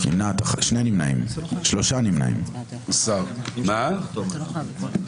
3 בעד, 9 נגד,